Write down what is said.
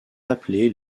appelés